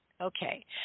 Okay